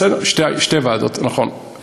בסדר, שתי ועדות, נכון.